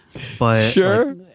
Sure